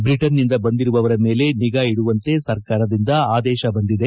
ಬ್ರಿಟನ್ನಿಂದ ಬಂದಿರುವವರ ಮೇಲೆ ನಿಗಾ ಇಡುವಂತೆ ಸರ್ಕಾರದಿಂದ ಅದೇಶ ಬಂದಿದೆ